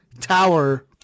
tower